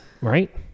Right